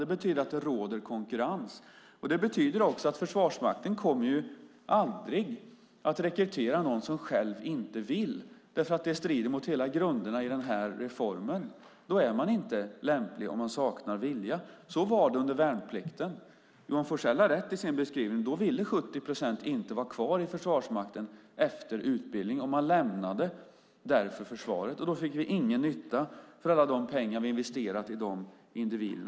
Det betyder att det råder konkurrens, och det betyder att Försvarsmakten aldrig kommer att rekrytera någon som själv inte vill. Det strider nämligen mot hela grunden i reformen. Man är inte lämplig om man saknar vilja. Så var det under värnplikten. Johan Forssell har rätt i sin beskrivning; då ville 70 procent inte vara kvar i Försvarsmakten efter utbildningen och lämnade därför försvaret. Då fick vi ingen nytta för alla de pengar vi hade investerat i dessa individer.